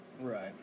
right